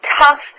tough